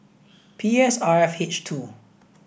P S R F H two